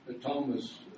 Thomas